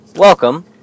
Welcome